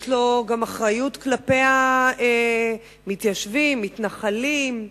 יש לו גם אחריות כלפי המתיישבים, מתנחלים,